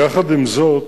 יחד עם זאת,